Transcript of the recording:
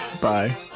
bye